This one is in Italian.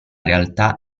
realtà